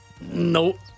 No